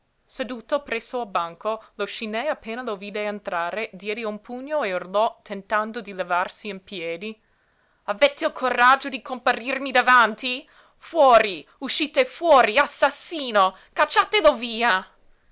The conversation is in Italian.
seduto presso il banco lo scinè appena lo vide entrare diede un pugno e urlò tentando di levarsi in piedi avete il coraggio di comparirmi davanti fuori uscite fuori assassino cacciatelo via